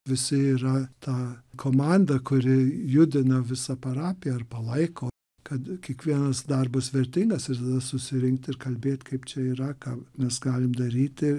visi yra ta komanda kuri judina visą parapiją ir palaiko kad kiekvienas darbas vertingas ir tada susirinkt ir kalbėt kaip čia yra ką mes galim daryti